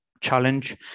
challenge